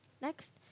Next